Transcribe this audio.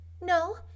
No